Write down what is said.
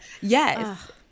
yes